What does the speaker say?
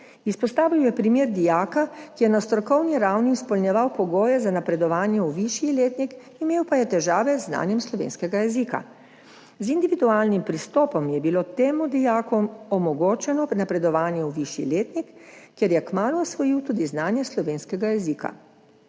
Izpostavil je primer dijaka, ki je na strokovni ravni izpolnjeval pogoje za napredovanje v višji letnik, imel pa je težave z znanjem slovenskega jezika. Z individualnim pristopom je bilo temu dijaku omogočeno napredovanje v višji letnik, kjer je kmalu usvojil tudi znanje slovenskega jezika.